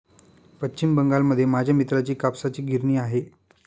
पश्चिम बंगालमध्ये माझ्या मित्राची कापसाची गिरणी आहे